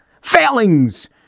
failings